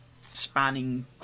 spanning